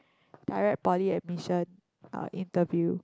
direct poly admission uh interview